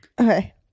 okay